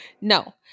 No